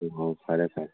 ꯑꯣ ꯐꯔꯦ ꯐꯔꯦ